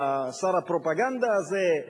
שר הפרופגנדה הזה,